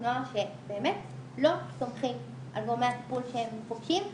נוער שבאמת לא סומכים על גורמי הטיפול שהם פוגשים.